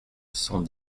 cent